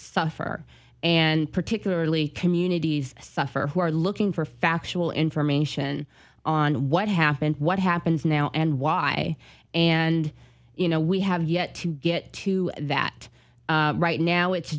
suffer and particularly communities suffer who are looking for factual information on what happened what happens now and why and you know we have yet to get to that right now it's